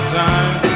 time